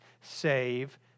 save